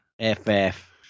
F-F